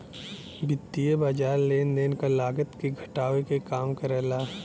वित्तीय बाज़ार लेन देन क लागत के घटावे क काम करला